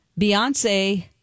Beyonce